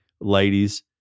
ladies